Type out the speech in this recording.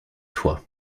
toits